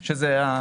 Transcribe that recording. בסדר.